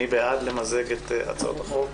מי בעד מיזוג שתי הצעות החוק?